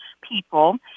people